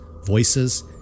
voices